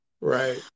Right